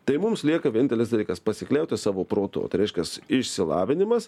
tai mums lieka vienintelis dalykas pasikliauti savo protu o tai reiškias išsilavinimas